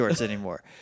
anymore